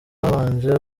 habanje